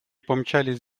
помчались